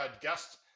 guest